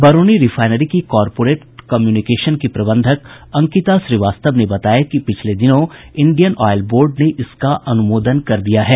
Barauni refinery की corporate communication की प्रबंधक अंकिता श्रीवास्तव ने बताया कि पिछले दिनों इंडियन ऑयल बोर्ड ने इसका अनुमोदन कर दिया है